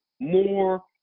More